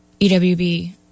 EWB